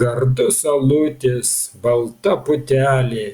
gardus alutis balta putelė